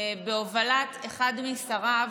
בהובלת אחד משריו,